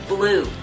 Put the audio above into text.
Blue